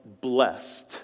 blessed